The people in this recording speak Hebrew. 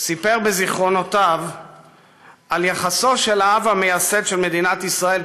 סיפר בזיכרונותיו על יחסו של האב המייסד של מדינת ישראל,